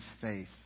faith